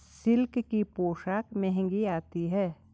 silk की पोशाक महंगी आती है